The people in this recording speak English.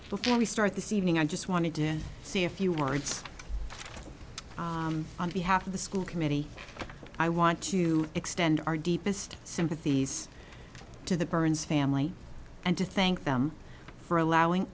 before we start this evening i just wanted to say a few words on behalf of the school committee i want to extend our deepest sympathies to the burns family and to thank them for allowing